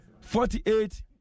forty-eight